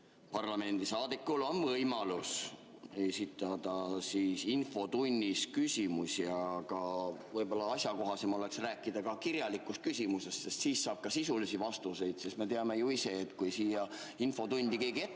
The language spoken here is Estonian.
parlamendisaadikul on võimalus esitada infotunnis küsimusi. Aga võib-olla asjakohasem oleks rääkida kirjalikust küsimusest, sest siis saab ka sisulisi vastuseid. Me teame ju ise, et kui siia infotundi keegi tuleb,